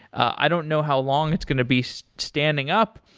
i don't know how long it's going to be so standing up,